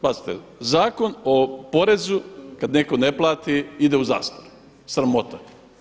Pazite, Zakon o porezu kada netko ne plati ide u zastaru, sramota.